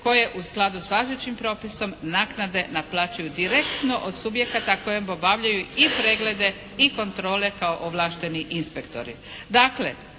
koje u skladu s važećim propisom naknade naplaćuju direktno od subjekata kojem obavljaju i preglede i kontrole kao ovlašteni inspektori.